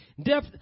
death